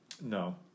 No